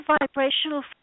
vibrational